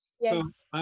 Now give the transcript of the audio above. Yes